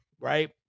right